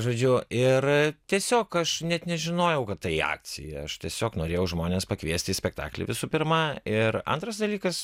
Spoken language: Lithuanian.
žodžiu ir tiesiog aš net nežinojau kad tai akcija aš tiesiog norėjau žmones pakviest į spektaklį visų pirma ir antras dalykas